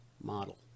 model